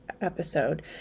episode